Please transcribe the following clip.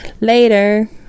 Later